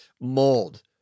mold